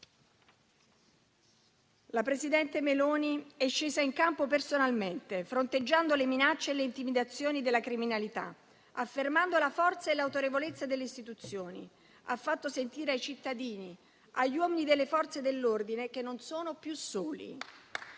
La presidente Meloni è scesa in campo personalmente, fronteggiando le minacce e le intimidazioni della criminalità, affermando la forza e l'autorevolezza delle istituzioni. Ha fatto sentire ai cittadini e agli uomini delle Forze dell'ordine che non sono più soli